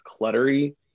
cluttery